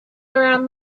around